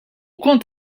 kont